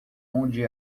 onde